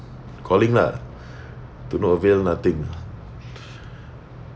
calling lah to no avail nothing